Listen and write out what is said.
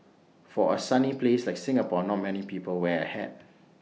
for A sunny place like Singapore not many people wear A hat